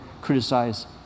criticize